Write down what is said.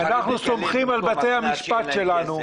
אנחנו סומכים על בתי המשפט שלנו.